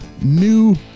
new